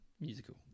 musical